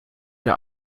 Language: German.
der